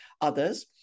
others